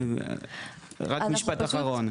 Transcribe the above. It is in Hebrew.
אז רק משפט אחרון.